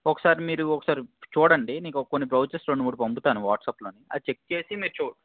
ఒకసారి మీరు ఒకసారి చూడండి నీకు ఒ కొన్ని బ్రౌచర్స్ మూడు పంపుతాను వాట్సాప్లోని అది చెక్ చేసి మీరు చు